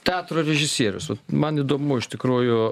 teatro režisierius vat man įdomu iš tikrųjų